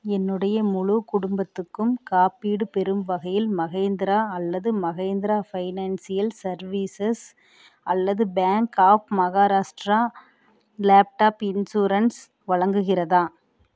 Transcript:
என்னுடைய முழு குடும்பத்துக்கும் காப்பீடு பெறும் வகையில் மஹேந்த்ரா அல்லது மஹேந்த்ரா ஃபைனான்சியல் சர்வீசஸ் அல்லது bank of Maharashtra laptop insurance வழங்குகிறதா